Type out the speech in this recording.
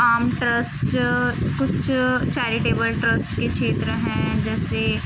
آم ٹرسٹ کچھ charitable trust کے چھیتر ہیں جیسے